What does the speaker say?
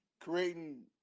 creating